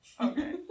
Okay